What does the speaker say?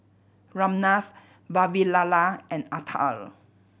Ramnath Vavilala and Atal